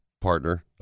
partner